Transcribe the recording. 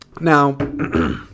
Now